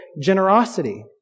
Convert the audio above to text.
generosity